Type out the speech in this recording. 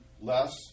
less